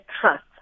trust